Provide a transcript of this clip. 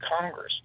Congress